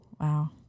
Wow